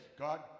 God